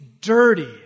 dirty